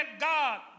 God